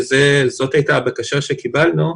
זאת הייתה הבקשה שקיבלנו,